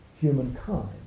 humankind